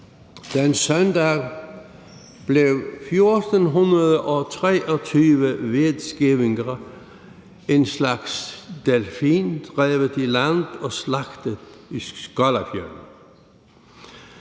Den søndag blev 1.423 hvidskævinger, en slags delfin, drevet i land og slagtet i Skálafjørdur.